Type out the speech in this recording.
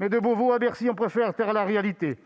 Mais, de Beauvau à Bercy, on préfère taire la réalité